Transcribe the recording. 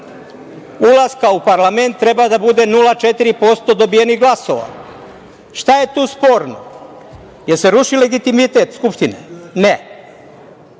ulaska u parlament treba da bude 0,4% dobijenih glasova. Šta je tu sporno? Jel se ruši legitimitet Skupštine? Ne.